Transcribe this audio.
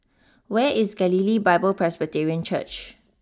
where is Galilee Bible Presbyterian Church